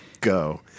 go